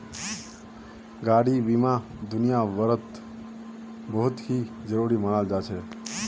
गाडी बीमा दुनियाभरत बहुत ही जरूरी मनाल जा छे